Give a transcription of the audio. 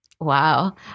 Wow